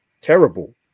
Terrible